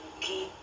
keep